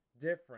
different